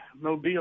Mobile